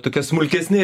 tokie smulkesni